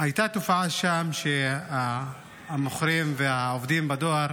הייתה תופעה שם שהמוכרים והעובדים בדואר